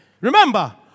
Remember